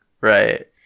Right